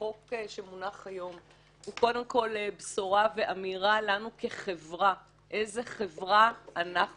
החוק שמונח היום הוא קודם כול בשורה ואמירה לנו כחברה איזו חברה אנחנו